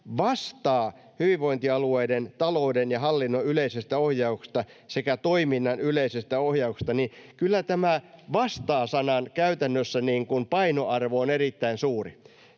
vastaa hyvinvointialueiden talouden ja hallinnon yleisestä ohjauksesta sekä toiminnan yleisestä ohjauksesta” — niin kyllä käytännössä tämän vastaa-sanan painoarvo on erittäin suuri.